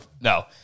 No